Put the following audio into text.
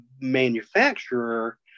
manufacturer